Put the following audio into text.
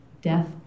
death